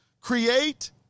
Create